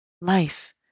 life